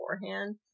beforehand